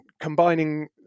combining